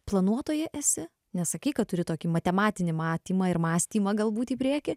planuotoja esi nes sakei kad turi tokį matematinį matymą ir mąstymą galbūt į priekį